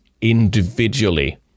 individually